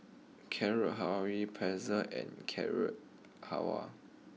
Carrot Halwa Pretzel and Carrot Halwa